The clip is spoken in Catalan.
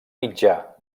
mitjà